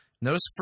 Notice